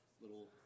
little